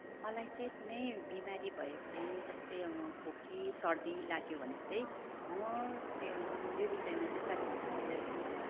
मलाई चाहिँ कुनै बिमारी भयो भने जस्तै अब खोकी सर्दी लाग्यो भने चाहिँ म त्यो त्यो विषयमा चाहिँ सबैभन्दा पहिला चाहिँ म